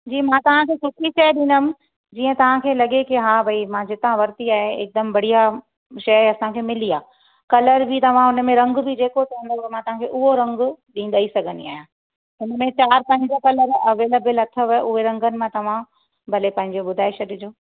जी मां तव्हां खे सुठी शइ ॾींदमि जीअं तव्हां खे लॻे कि हा भई मां जितां वरिती आहे हिकदमि बढ़िया शइ असांखे मिली आहे कलर बि तव्हां हुन में रंग बि जेको चवंदो उहो मां तव्हां खे उहो रंग ॾेई सघंदी आहियां हुन में चारि पंज कलर अवेलेबल अथव हुए रंगनि मां तव्हां भले पंहिंजो ॿुधाए छॾिजो